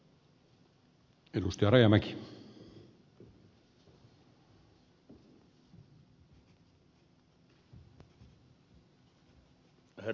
herra puhemies